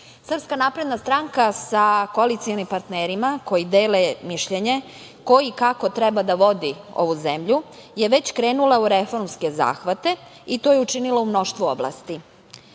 poslanici, SNS sa koalicionim partnerima koji dele mišljenje ko i kako treba da vodi ovu zemlju, je već krenula u reformske zahvate i to je učinila u mnoštvu